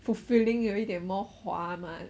fulfilling 有一点 more 划吗